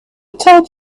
told